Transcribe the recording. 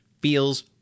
feels